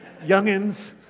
youngins